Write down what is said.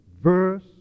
verse